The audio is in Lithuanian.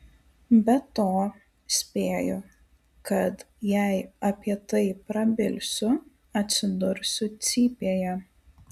be to spėju kad jei apie tai prabilsiu atsidursiu cypėje